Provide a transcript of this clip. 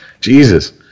Jesus